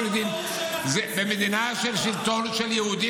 מדינה של שלטון יהודים,